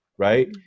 Right